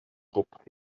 drop